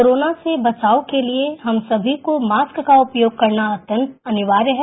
corona से बचाव के लिए हम सभी को मास्क का उपयोग करना अत्यंत अनिवार्य है